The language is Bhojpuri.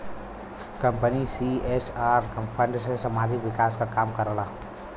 कंपनी सी.एस.आर फण्ड से सामाजिक विकास क काम करला